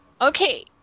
Okay